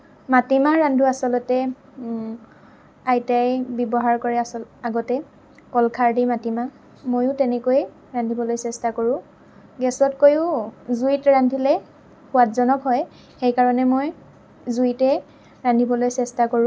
মাটিমাহ ৰান্ধোঁ আচলতে আইতাই ব্যৱহাৰ কৰে আছ আগতে কলখাৰ দি মাটিমাহ ময়ো তেনেকৈ ৰান্ধিবলৈ চেষ্টা কৰোঁ গেচতকৈও জুইত ৰান্ধিলে সোৱাদজনক হয় সেইকাৰণে মই জুইতে ৰান্ধিবলৈ চেষ্টা কৰোঁ